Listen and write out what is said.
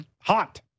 hot